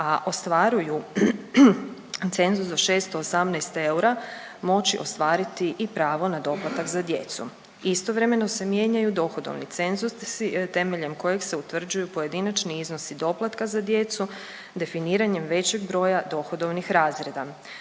a ostvaruju cenzus do 618 eura moći ostvariti i pravo na doplatak za djecu. Istovremeno se mijenjaju dohodovni cenzusi temeljem kojeg se utvrđuju pojedinačni iznosi doplatka za djecu definiranjem većeg broja dohodovnih razreda